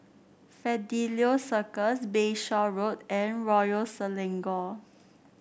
Fidelio Circus Bayshore Road and Royal Selangor